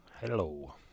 Hello